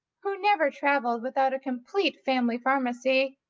who never travelled without a complete family pharmacy,